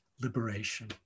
liberation